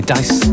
Dice